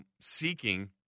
seeking